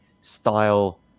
style